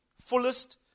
fullest